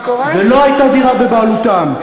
ולא הייתה דירה בבעלותם,